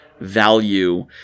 value